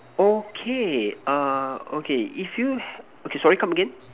okay ah okay if you ha~ okay sorry come again